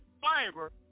fiber